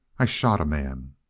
i shot a man.